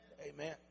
amen